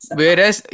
Whereas